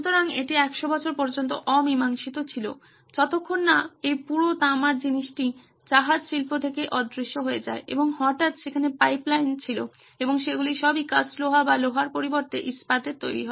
সুতরাং এটি 100 বছর পর্যন্ত অমীমাংসিত ছিল যতক্ষণ না এই পুরো তামার জিনিসটি জাহাজ শিল্প থেকে অদৃশ্য হয়ে যায় এবং হঠাৎ সেখানে পাইপলাইন ছিল এবং সেগুলি সবই কাস্ট লোহা বা লোহার পরিবর্তে ইস্পাতের তৈরি